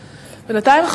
בינתיים,